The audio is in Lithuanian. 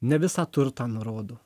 ne visą turtą nurodo